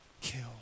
kill